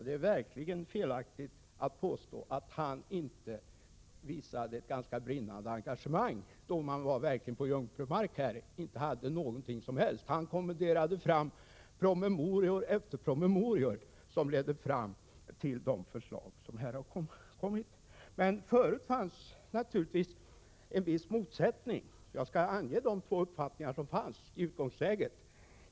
Det är verkligen felaktigt att påstå att han inte visade ett brinnande engagemang. Vi befann oss då på jungfrulig mark och hade inte någonting alls att bygga på. Han kommenderade fram promemoria efter promemoria, vilket ledde fram till de förslag som sedan framställdes. Men tidigare fanns naturligtvis en viss motsättning, och jag skall redogöra för de två uppfattningar som fanns i utgångsläget.